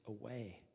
away